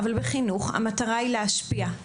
אבל בחינוך המטרה היא להשפיע,